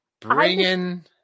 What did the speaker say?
Bringing